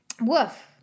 Woof